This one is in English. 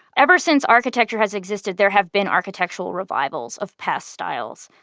ever since architecture has existed, there have been architectural revivals of past styles.